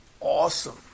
awesome